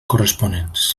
corresponents